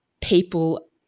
people